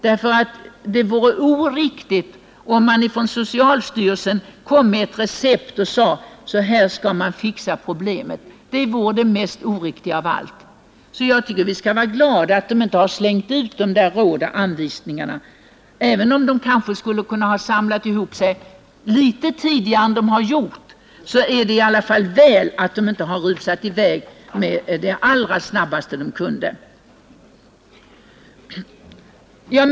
Det vore nämligen oriktigt om man från socialstyrelsen kom med ett recept och sade att så här skall man fixa problemet. Det vore det mest oriktiga av allt. Vi skall vara glada att man inte alltför snabbt har slängt ut råd och anvisningar. Även om man kanske skulle ha kunnat samla ihop sig litet tidigare än man har gjort, så är det rikgit att inte ha rusat i väg.